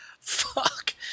Fuck